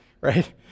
right